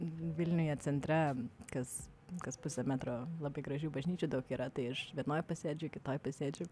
vilniuje centre kas kas pusę metro labai gražių bažnyčių daug yra tai vienoj pasėdžiu kitoj sėdžiu